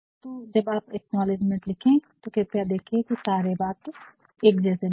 परंतु जब आप एक्नॉलेजमेंट लिखते हैं तो कृपया देखिए कि सारे वाक्य एक जैसे ना हो